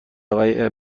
آقای